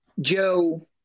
Joe